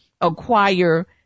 acquire